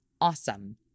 awesome